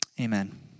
amen